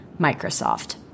Microsoft